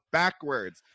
backwards